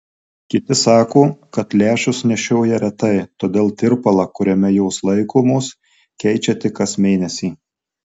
kiti sako kad lęšius nešioja retai todėl tirpalą kuriame jos laikomos keičia tik kas mėnesį